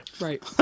Right